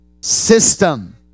system